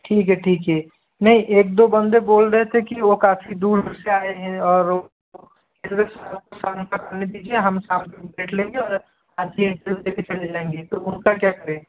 ठीक है ठीक है नहीं एक दो बन्दे बोल रहे थे कि वो काफ़ी दूर से आए हैं और शाम तक आने दीजिए देख लेंगे और चले जाएंगे तो उनका क्या करें